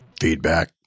Feedback